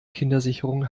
kindersicherung